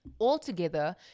Altogether